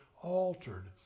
altered